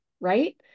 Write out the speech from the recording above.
right